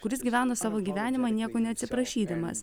kuris gyvena savo gyvenimą nieko neatsiprašydamas